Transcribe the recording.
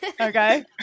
okay